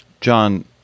John